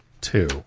Two